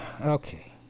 Okay